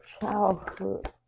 childhood